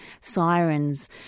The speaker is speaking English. Sirens